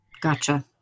Gotcha